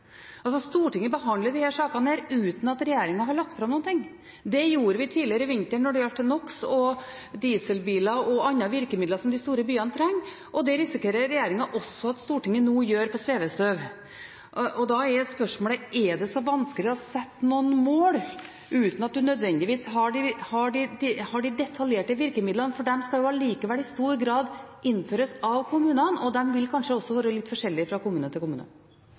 Stortinget behandler disse sakene uten at regjeringen har lagt fram noe. Det gjorde vi tidligere i vinter når det gjaldt NOx, dieselbiler og andre virkemidler som de store byene trenger. Det risikerer regjeringen at Stortinget gjør også når det gjelder svevestøv. Da er spørsmålet: Er det så vanskelig å sette noen mål uten at en nødvendigvis har de detaljerte virkemidlene? De skal allikevel i stor grad innføres av kommunene, og de vil kanskje også være litt forskjellige fra kommune til kommune.